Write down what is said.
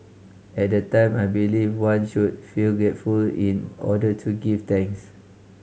at the time I believed one should feel grateful in order to give thanks